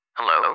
Hello